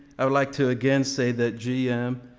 i would like to again say that g m.